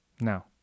Now